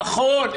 נכון,